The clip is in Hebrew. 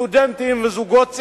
סטודנטים וזוגות צעירים.